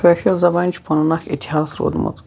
کٲشر زَبانہِ چھُ پَنُن اَکھ اِتِحاس روٗدمُت